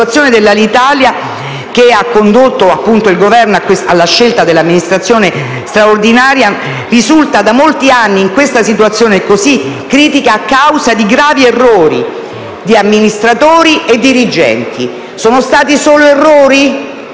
la situazione di Alitalia, che ha condotto il Governo alla scelta dell'amministrazione straordinaria, è da molti anni così critica a causa di gravi errori di amministratori e dirigenti. Sono stati solo errori?